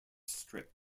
strip